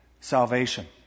salvation